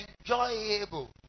enjoyable